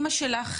לאמא שלך,